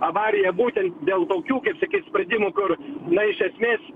avarija būtent dėl tokių kaip sakyt spredimų kur na iš esmės